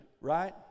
Right